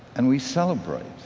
and we celebrate.